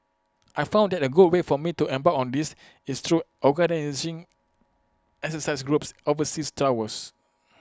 I found out that A good way for me to embark on this is through organising exercise groups overseas tours